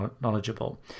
knowledgeable